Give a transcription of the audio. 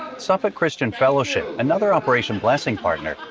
suffolk christian fellowship, another operation blessing partner,